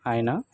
ఆయనా